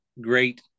great